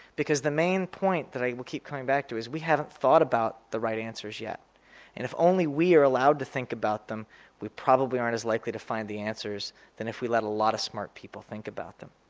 because the main point that i will keep coming back to is we haven't thought about the right answers yet. and if only we are allowed to think about them we probably aren't as likely to find the answers than if we let a lot of smart people think about them.